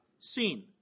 seen